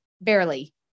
barely